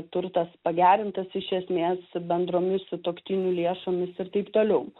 turtas pagerintas iš esmės bendromis sutuoktinių lėšomis ir taip toliau